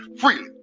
freely